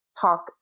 talk